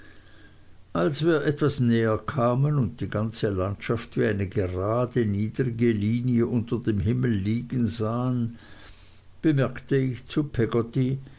als wir etwas näher kamen und die ganze landschaft wie eine gerade niedrige linie unter dem himmel liegen sahen bemerkte ich zu peggotty